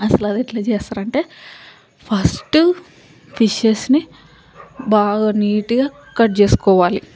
అసలు అది ఎలా చేస్తారంటే ఫస్ట్ ఫిషెస్ని బాగా నీటిగా కట్ చేసుకోవాలి